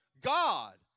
God